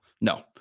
No